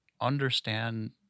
understand